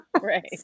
Right